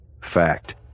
Fact